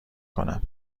کنم